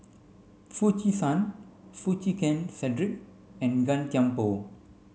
Foo Chee San Foo Chee Keng Cedric and Gan Thiam Poh